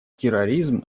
терроризм